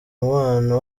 mubano